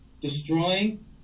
destroying